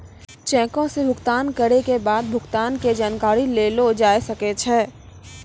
चेको से भुगतान करै के बाद भुगतान के जानकारी लेलो जाय सकै छै